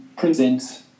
present